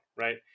right